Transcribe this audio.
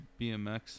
BMX